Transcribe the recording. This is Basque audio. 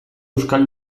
euskal